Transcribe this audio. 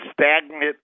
Stagnant